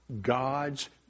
God's